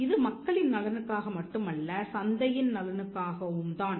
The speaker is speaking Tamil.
இது மக்களின் நலனுக்காக மட்டுமல்ல சந்தையின் நலனுக்காகவும் தான்